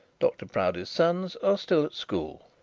dr proudie's sons are still at school.